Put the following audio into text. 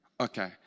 okay